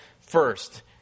first